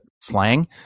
slang